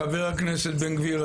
חבר הכנסת בן גביר,